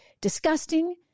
disgusting